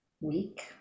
week